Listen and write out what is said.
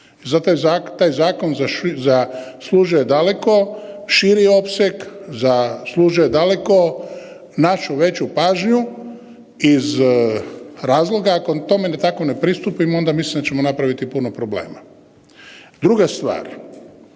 zato taj zakon zaslužuje daleko širi opseg, zaslužuje daleko našu veću pažnju iz razloga, ako tome tako ne pristupimo ona mislim da ćemo napraviti puno problema. Druga stvar,